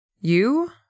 You